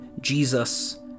Jesus